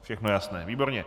Všechno jasné, výborně.